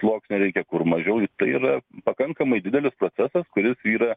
sluoksnio reikia kur mažiau tai yra pakankamai didelis procesas kuris yra